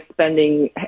spending